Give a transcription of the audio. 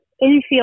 infield